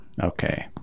Okay